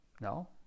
No